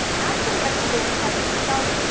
as for the excavation project itself,